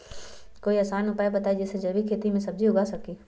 कोई आसान उपाय बताइ जे से जैविक खेती में सब्जी उगा सकीं?